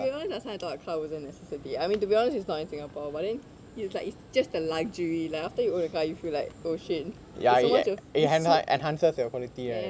to be honest last time I thought car wasn't a necessity I mean to be honest it's not in singapore but then it's like it's just a luxury lah like after you own a car you feel like oh shit it's so much of a it suit ya